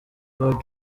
heard